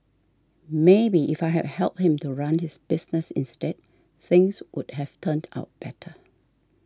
maybe if I had helped him to run his business instead things would have turned out better